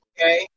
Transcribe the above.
Okay